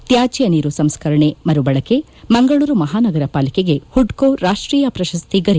ತ್ಯಾಜ್ಯ ನೀರು ಸಂಸ್ಕರಣೆ ಮರುಬಳಕೆ ಮಂಗಳೂರು ಮಹಾನಗರ ಪಾಲಿಕೆಗೆ ಹುಡ್ಕೋ ರಾಷ್ಟೀಯ ಪ್ರಶಸ್ತಿ ಗರಿ